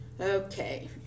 Okay